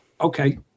okay